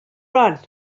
run